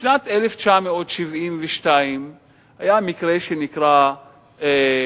בשנת 1972 היה מקרה שנקראBloody"